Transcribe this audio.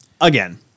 again